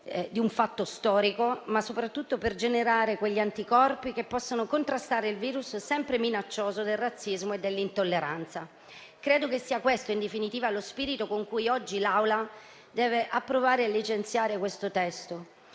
di un fatto storico, ma anche e soprattutto per generare quegli anticorpi che possano contrastare il virus sempre minaccioso del razzismo e dell'intolleranza. Credo che sia questo, in definitiva, lo spirito con cui oggi l'Assemblea deve approvare e licenziare il testo